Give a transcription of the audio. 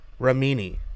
ramini